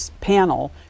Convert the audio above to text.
panel